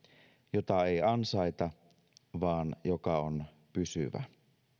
jota ei ansaita vaan joka on pysyvä